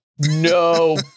no